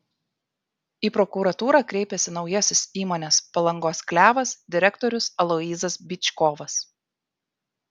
į prokuratūrą kreipėsi naujasis įmonės palangos klevas direktorius aloyzas byčkovas